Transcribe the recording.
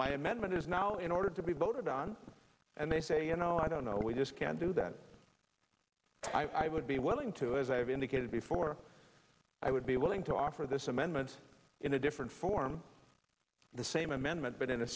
my amendment is now in order to be voted on and they say you know i don't know we just can't do that i would be willing to as i have indicated before i would be willing to offer this amendment in a different form of the same amendment but in a